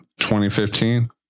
2015